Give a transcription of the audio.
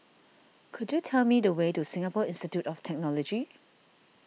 could you tell me the way to Singapore Institute of Technology